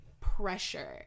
pressure